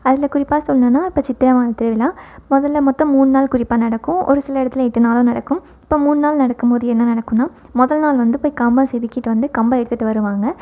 அதில் குறிப்பாக சொல்லணுன்னா இப்போ சித்திரை மாதத் திருவிழா அதில் மொத்தம் மூணு நாள் குறிப்பாக நடக்கும் ஒரு சில இடத்துல எட்டு நாளும் நடக்கும் இப்போ மூணு நாள் நடக்கும் போது என்ன நடக்கும்னா முதல் நாள் வந்து போய் கம்பம் செதிக்கிட்டு வந்து கம்பம் எடுத்துகிட்டு வருவாங்க